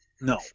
No